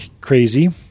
crazy